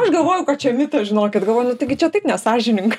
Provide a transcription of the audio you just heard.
aš galvoju kad čia mitas žinokit galvojau nu taigi čia taip nesąžininga